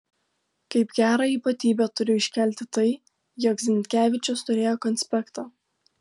kaip gerą ypatybę turiu iškelti tai jog zinkevičius turėjo konspektą